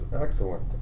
Excellent